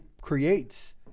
creates